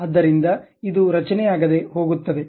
ಆದ್ದರಿಂದ ಇದು ರಚನೆಯಾಗದೆ ಹೋಗುತ್ತದೆ